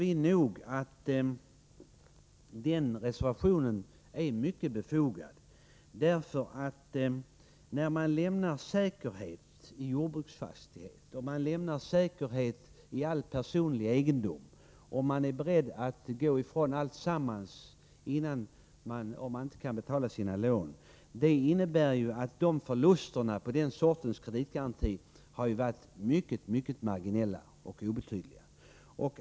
Vi tycker att den reservationen är mycket befogad. Det gäller här personer som lämnar säkerhet i jordbruksfastighet, i all personlig egendom, och som är beredda att gå ifrån alltsammans om de inte kan betala sina lån. Förlusterna på den sortens kreditgaranti har varit mycket marginella, ja, nästan obefintliga.